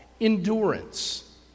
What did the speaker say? endurance